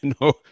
No